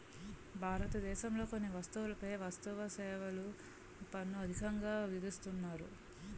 భారతదేశంలో కొన్ని వస్తువులపై వస్తుసేవల పన్ను అధికంగా విధిస్తున్నారు